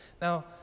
Now